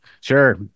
Sure